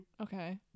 Okay